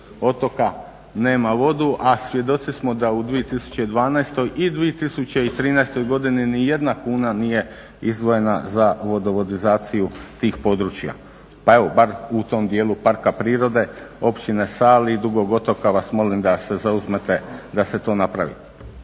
otoka nema vodu, a svjedoci smo da u 2012. i 2013. godini ni jedna kuna nije izdvojena za vodovodizaciju tih područja. Pa evo, bar u tom djelu parka prirode, Općine Sali i Dugog Otoka vas molim da se zauzmete da se to napravi.